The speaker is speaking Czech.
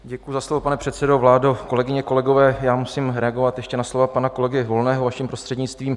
Děkuji za slovo, pane předsedo, vládo, kolegyně, kolegové, musím reagovat ještě na slova pana kolegy Volného, vaším prostřednictvím.